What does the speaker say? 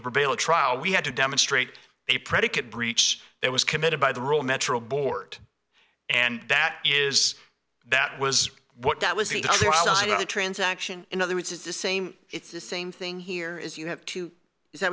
at trial we had to demonstrate a predicate breach that was committed by the rule metro board and that is that was what that was the transaction in other words it's the same it's the same thing here is you have to is that